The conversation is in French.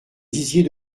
disiez